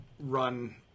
Run